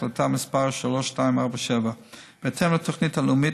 החלטה מס' 3247. בהתאם לתוכנית הלאומית,